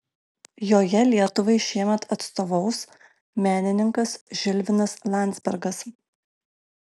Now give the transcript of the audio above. joje lietuvai šiemet atstovaus menininkas žilvinas landzbergas